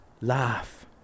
laugh